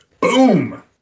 Boom